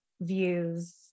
views